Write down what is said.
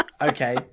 okay